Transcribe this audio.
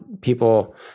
people